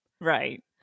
right